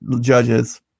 judges